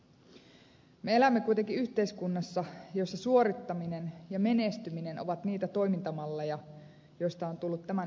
me elämme kuitenkin yhteiskunnassa jossa suorittaminen ja menestyminen ovat niitä toimintamalleja joista on tullut tämän yhteiskunnan ikoni